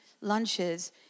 lunches